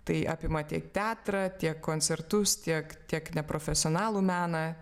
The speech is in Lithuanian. tai apima tiek teatrą tiek koncertus tiek tiek neprofesionalų meną